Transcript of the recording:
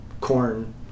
corn